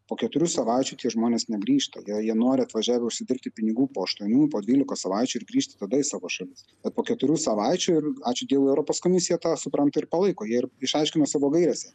po keturių savaičių tie žmonės negrįžta gal jie nori atvažiavę užsidirbti pinigų po aštuonių po dvylikos savaičių ir grįžti tada į savo šalis bet po keturių savaičių ir ačiū dievui europos komisija tą supranta ir palaiko jie ir išaiškino savo gairėse